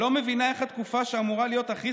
לא מבינה איך התקופה שאמורה להיות הכי